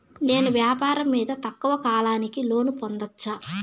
నేను వ్యాపారం మీద తక్కువ కాలానికి లోను పొందొచ్చా?